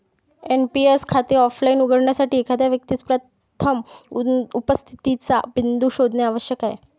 NPS खाते offline उघडण्यासाठी, एखाद्या व्यक्तीस प्रथम उपस्थितीचा बिंदू शोधणे आवश्यक आहे